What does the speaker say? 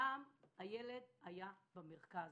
פעם הילד היה במרכז.